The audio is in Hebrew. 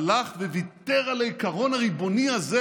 הלך וויתר על העיקרון הריבוני הזה